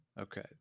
Okay